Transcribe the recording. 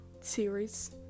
series